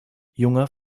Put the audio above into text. junger